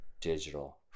digital